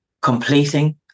completing